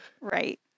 Right